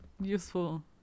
useful